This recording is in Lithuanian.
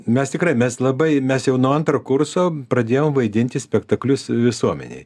mes tikrai mes labai mes jau nuo antro kurso pradėjom vaidinti spektaklius visuomenei